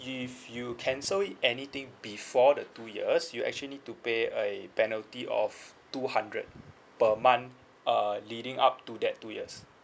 if you cancel anything before the two years you actually need to pay a penalty of two hundred per month uh leading up to that two years